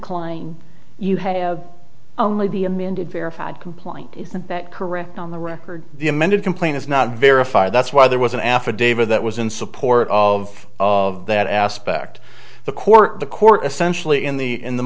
kline you have only be amended verified complaint isn't that correct on the record the amended complaint is not verified that's why there was an affidavit that was in support of of that aspect the court the court essentially in the in the